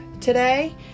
today